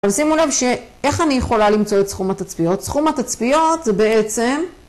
אז שימו לב שאיך אני יכולה למצוא את סכום התצפיות? סכום התצפיות זה בעצם...